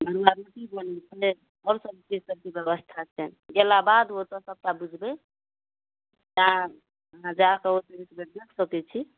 मड़ुआ रोटी बनै छै आओर सबचीज सबके बेबस्था छै गेला बाद ओतऽ सबटा बुझबै तऽ अहाँ जाकऽ ओतऽ देखि सकै छी